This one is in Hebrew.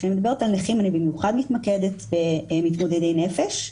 כשאני מדברת על נכים אני בעיקר מתמקדת במתמודדי נפש,